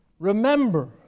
Remember